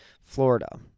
Florida